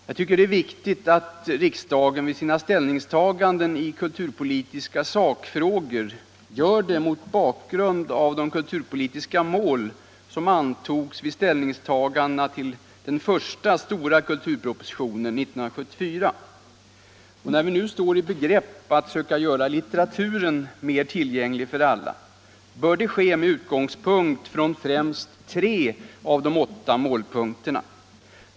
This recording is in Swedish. Jag tycker det är viktigt att riksdagen gör sina ställningstaganden i kulturpolitiska sakfrågor mot bakgrund av de kulturpolitiska mål som antogs vid besluten om den första stora kulturpropositionen 1974. När vi nu står i begrepp att söka göra litteraturen mer tillgänglig för alla bör det ske med utgångspunkt i främst tre av de åtta målpunk terna.